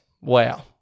wow